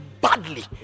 badly